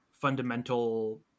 fundamental